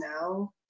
now